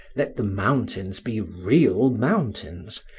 let the mountains be real mountains,